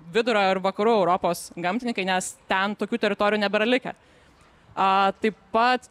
vidurio ir vakarų europos gamtininkai nes ten tokių teritorijų nebėra likę a taip pat